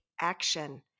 action